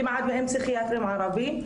כמעט אין פסיכיאטרים ערבים.